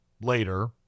later